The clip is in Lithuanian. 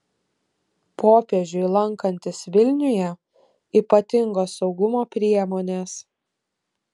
popiežiui lankantis vilniuje ypatingos saugumo priemonės